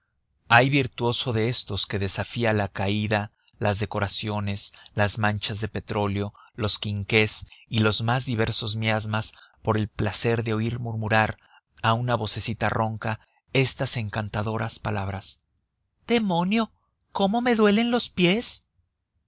hay virtuoso de estos que desafía la caída las decoraciones las manchas de petróleo los quinqués y los más diversos miasmas por el placer de oír murmurar a una vocecita ronca estas encantadoras palabras demonio cómo me duelen los pies